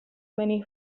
many